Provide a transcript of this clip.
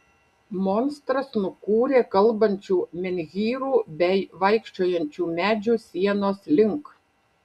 monstras nukūrė kalbančių menhyrų bei vaikščiojančių medžių sienos link